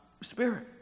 spirit